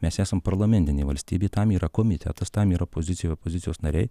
mes esam parlamentinė valstybė tam yra komitetas tam yra opozicijų opozicijos nariai